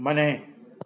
ಮನೆ